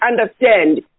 understand